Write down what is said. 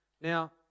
Now